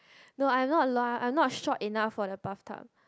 no I not long I'm not short enough for the bathtub